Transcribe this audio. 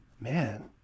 Man